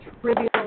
trivial